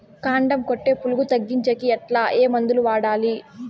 కాండం కొట్టే పులుగు తగ్గించేకి ఎట్లా? ఏ మందులు వాడాలి?